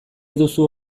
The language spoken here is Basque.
duzu